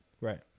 Right